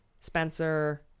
Spencer